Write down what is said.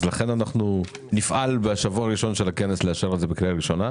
אז לכן אנחנו נפעל בשבוע הראשון של הכנס לאשר את זה בקריאה ראשונה,